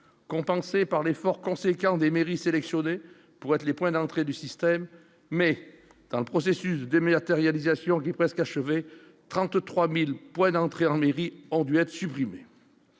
compensée par l'effort conséquent des mairies sélectionnés pour être les points d'entrée du système, mais dans le processus 2000 intériorisation qui presque achevée 33000 points d'entrée en mairie, ont dû être supprimés.